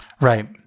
Right